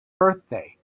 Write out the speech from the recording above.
birthday